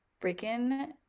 freaking